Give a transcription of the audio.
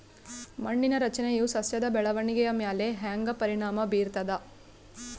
ಮಣ್ಣಿನ ರಚನೆಯು ಸಸ್ಯದ ಬೆಳವಣಿಗೆಯ ಮ್ಯಾಲ ಹ್ಯಾಂಗ ಪರಿಣಾಮ ಬೀರ್ತದ?